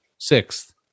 Sixth